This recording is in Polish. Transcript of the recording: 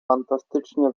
fantastycznie